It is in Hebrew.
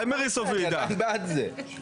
אני בעד זה.